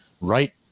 right